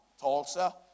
Tulsa